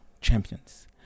champions